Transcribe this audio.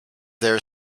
their